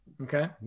Okay